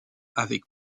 avec